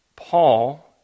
Paul